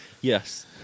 Yes